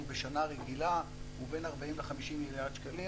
בשנה רגילה הוא בין 40 ל-50 מיליארד שקלים,